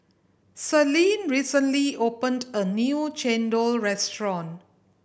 Celine recently opened a new chendol restaurant